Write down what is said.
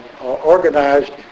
organized